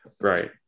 right